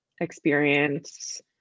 experience